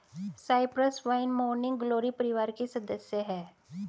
Cyprus vine morning glory परिवार की सदस्य हैं